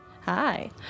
Hi